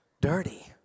dirty